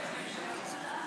נתקבל.